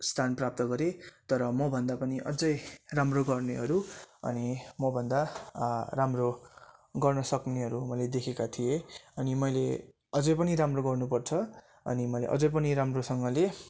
स्थान प्राप्त गरेँ तर मभन्दा पनि अझै राम्रो गर्नेहरू अनि मभन्दा राम्रो गर्न सक्नेहरू मैले देखेका थिएँ अनि मैले अझै पनि राम्रो गर्नुपर्छ अनि मैले अझै पनि राम्रोसँगले